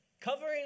Covering